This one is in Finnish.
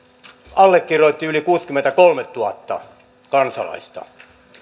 allekirjoitti yli kuusikymmentäkolmetuhatta kansalaista